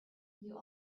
you